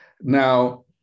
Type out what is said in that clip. Now